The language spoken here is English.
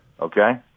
Okay